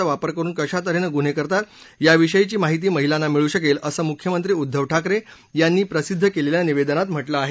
झा वापर करून कशातन्हेनं गुन्हे करतात याविषयीची माहिती महिलांना मिळू शकेल असं मुख्यमंत्री उद्दव ठाकरे यांनी प्रसिद्ध केलेल्या निवेदनात म्हा कें आहे